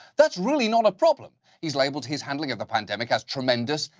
that's really not a problem. he's labeled his handling of the pandemic as tremendous,